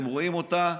אתם רואים אותה,